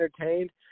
entertained